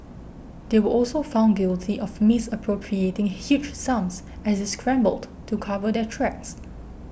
they were also found guilty of misappropriating huge sums as they scrambled to cover their tracks